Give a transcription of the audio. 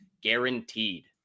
guaranteed